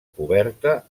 coberta